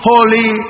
Holy